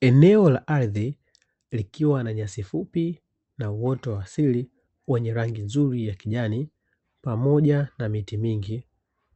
Eneo la ardhi likiwa na nyasi fupi na uoto wa asili wenye rangi nzuri ya kijani, pamoja na miti mingi